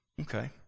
Okay